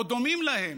או דומים להם.